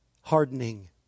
hardening